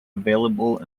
available